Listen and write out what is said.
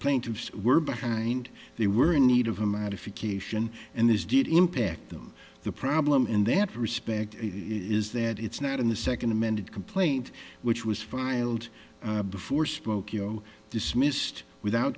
plaintiffs were behind they were in need of a modification and this did impact them the problem in that respect is that it's not in the second amended complaint which was filed before spokeo dismissed without